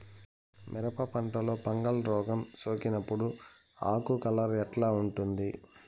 మిరప పంటలో ఫంగల్ రోగం సోకినప్పుడు ఆకు కలర్ ఎట్లా ఉంటుంది?